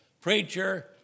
Preacher